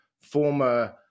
former